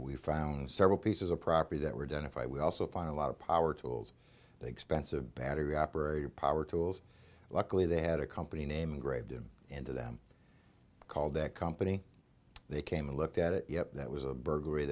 we found several pieces of property that were done if i would also find a lot of power tools they spent a battery operated power tools luckily they had a company name grabbed him into them called that company they came and looked at it yep that was a burglary